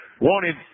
wanted